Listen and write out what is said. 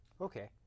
Okay